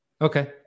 Okay